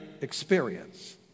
experience